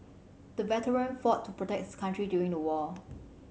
the veteran fought to protect his country during the war